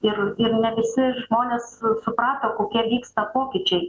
ir ir ne visi žmonės suprato kokie vyksta pokyčiai